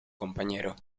compañero